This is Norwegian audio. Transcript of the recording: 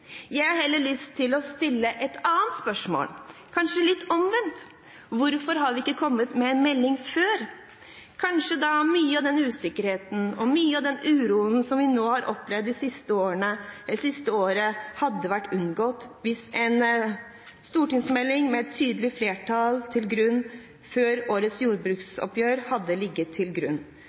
Jeg har heller lyst til å stille et annet spørsmål, kanskje litt omvendt. Hvorfor har den ikke kommet før? Kanskje mye av den usikkerheten og uroen som vi har opplevd det siste året, hadde vært unngått hvis en stortingsmelding – der et tydelig flertall lå til grunn – hadde foreligget før årets jordbruksoppgjør. En stortingsmelding blir regjeringens mulighet til